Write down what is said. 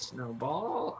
Snowball